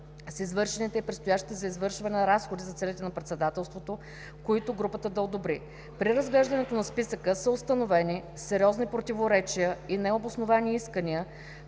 с извършените и предстоящите за извършване разходи за целите на председателството, които групата да одобри. При разглеждането на списъка, са установени сериозни противоречия и необосновани искания,